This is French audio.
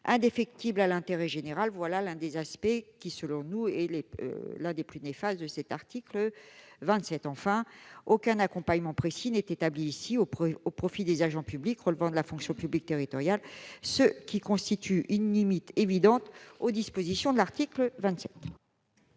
indéfectible avec l'intérêt général, tel est, selon nous, l'un des aspects les plus néfastes de l'article 27. Enfin, aucun accompagnement précis n'est établi au profit des agents publics relevant de la fonction publique territoriale, ce qui constitue une limite évidente aux dispositions de l'article 27.